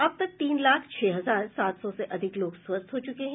अब तक तीन लाख छह हजार सात सौ से अधिक लोग स्वस्थ हो चुके है